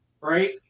right